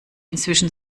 inzwischen